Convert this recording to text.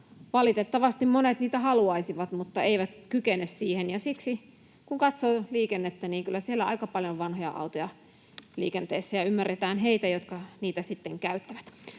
Valitettavasti monet niitä haluaisivat, mutta eivät kykene siihen. Siksi, kun katsoo liikennettä, kyllä siellä aika paljon on vanhoja autoja liikenteessä ja ymmärretään heitä, jotka niitä sitten käyttävät.